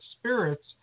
spirits